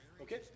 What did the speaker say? Okay